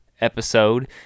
episode